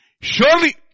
Surely